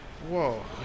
Whoa